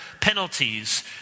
penalties